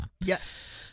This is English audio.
Yes